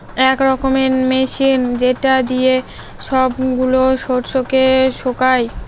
এক রকমের মেশিন যেটা দিয়ে সব গুলা শস্যকে শুকায়